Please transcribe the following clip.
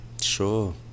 sure